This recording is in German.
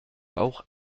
bauch